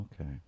Okay